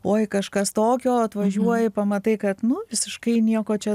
oi kažkas tokio atvažiuoji pamatai kad nu visiškai nieko čia